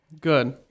Good